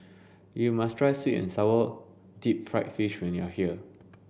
you must try sweet and sour deep fried fish when you are here